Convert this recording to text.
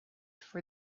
for